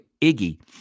Iggy